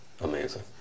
amazing